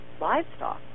livestock